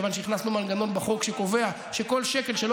כיוון שהכנסנו מנגנון בחוק שקובע שכל שקל שלא